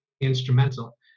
instrumental